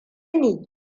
ni